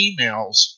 emails